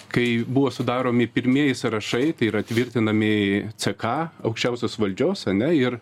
kai buvo sudaromi pirmieji sąrašai tai yra tvirtinami ck aukščiausios valdžios ane ir